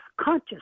conscious